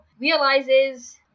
realizes